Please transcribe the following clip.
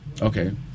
Okay